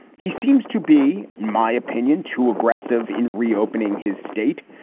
he seems to be, my opinion, too aggressive in reopening his state.